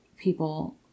people